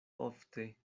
ofte